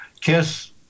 Kiss